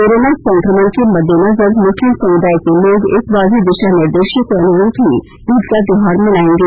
corona संकमण के मद्देनजर मुस्लिम समुदाय के लोग इस बार भी दिशा निर्देशों के अनुरूप ही ईद का त्योहार मनायेंगे